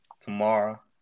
tomorrow